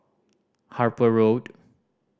Harper Road